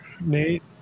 Nate